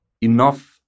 enough